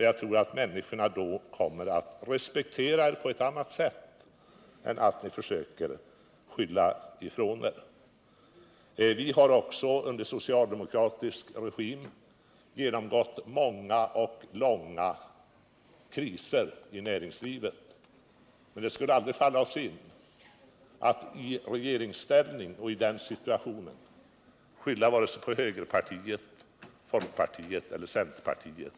Jag tror att människorna skulle respektera er på ett annat sätt om ni gjorde det i stället för att försöka skylla ifrån er. Också under socialdemokratisk regim har näringslivet genomgått många och långa kriser. Men det skulle aldrig falla oss in att i regeringsställning skylla ifrån oss på högerpartiet, folkpartiet eller centerpartiet.